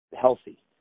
healthy